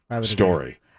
story